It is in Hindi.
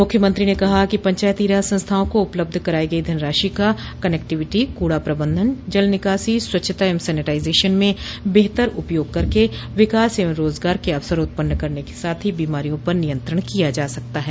मुख्यमंत्री ने कहा कि पंचायतो संस्थाओं को उपलब्ध कराई गई धनराशि का कनेक्टिविटी कूड़ा प्रबंधन जल निकासी स्वच्छता एवं सेनेटाइजेशन में बेहतर उपयोग करके विकास एवं रोज़गार के अवसर उत्पन्न करने के साथ ही बीमारियों पर नियंत्रण किया जा सकता है